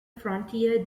frontier